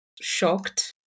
shocked